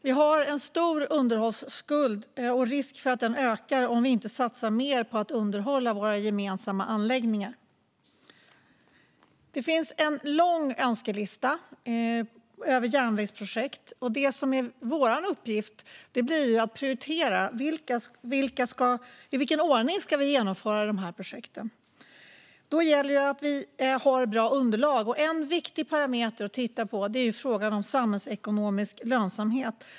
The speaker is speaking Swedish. Vi har en stor underhållsskuld, och risken är att den ökar om vi inte satsar mer på att underhålla våra gemensamma anläggningar. Det finns en lång önskelista över järnvägsprojekt, och vår uppgift blir att prioritera. I vilken ordning ska vi genomföra projekten? Då gäller det att vi har bra underlag, och en viktig parameter att titta på är samhällsekonomisk lönsamhet.